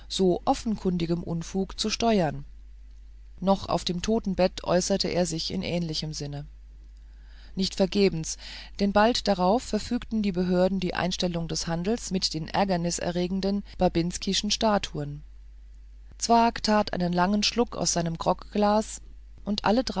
so offenkundigem unfug zu steuern noch auf dem totenbette äußerte er sich in ähnlichem sinne nicht vergebens denn bald darauf verfügte die behörde die einstellung des handels mit den ärgerniserregenden babinskischen statuetten zwakh tat einen mächtigen schluck aus seinem grogglas und alle